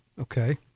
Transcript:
Okay